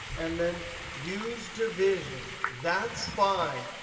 and then use division. that's fine.